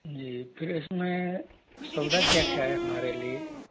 जी फिर इस में सौदा क्या क्या है हमारे लिए